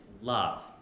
love